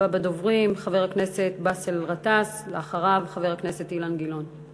הדובר הבא, חבר הכנסת באסל גטאס, ואחריו, חבר